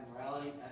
morality